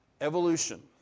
evolution